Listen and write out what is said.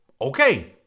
okay